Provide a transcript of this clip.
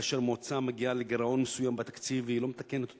כאשר מועצה מגיעה לגירעון מסוים בתקציב והיא לא מתקנת אותו,